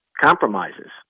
compromises